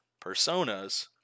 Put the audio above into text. personas